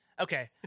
Okay